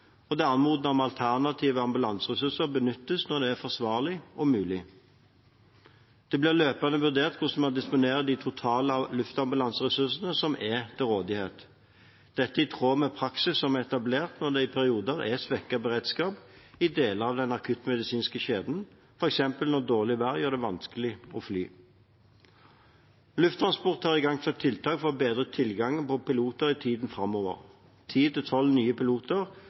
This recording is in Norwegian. det er anmodet om at alternative ambulanseressurser benyttes når det er forsvarlig og mulig. Det blir løpende vurdert hvordan man disponerer de totale luftambulanseressursene som er til rådighet. Dette er i tråd med praksis som er etablert når det i perioder er svekket beredskap i deler av den akuttmedisinske kjeden, f.eks. når dårlig vær gjør det vanskelig å fly. Lufttransport har igangsatt tiltak for å bedre tilgangen på piloter i tiden framover. Ti–tolv nye piloter